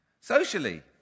Socially